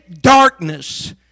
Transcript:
darkness